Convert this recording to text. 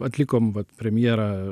atlikom vat premjerą